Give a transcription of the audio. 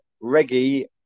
Reggie